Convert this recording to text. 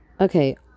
okay